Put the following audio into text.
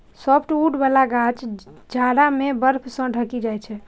softwood बला गाछ जाड़ा मे बर्फ सं ढकि जाइ छै